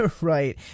Right